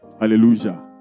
Hallelujah